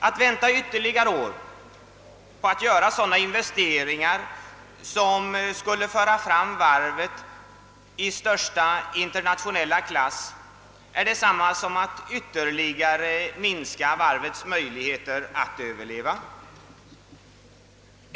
Att vänta ytterligare år med att göra sådana investeringar som skulle föra fram varvet i största internationella klass är detsamma som att ytterligare minska varvets möjligheter att överleva.